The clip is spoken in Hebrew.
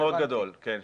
פער מאוד גדול, כן.